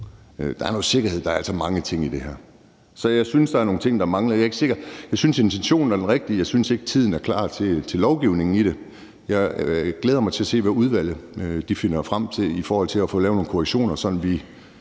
om sikkerhed, og der er altså mange ting i det her. Så jeg synes, der er nogle ting, der mangler. Jeg synes, at intentionen er rigtig, men jeg synes ikke, at tiden er klar til lovgivningen. Jeg glæder mig til at se, hvad udvalget finder frem til i forhold til at få lavet nogle korrektioner, så vi